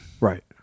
Right